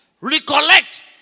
Recollect